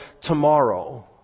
tomorrow